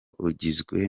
ugizwe